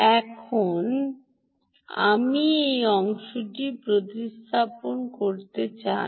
এখন আপনি এই অংশটি প্রতিস্থাপন করতে পারেন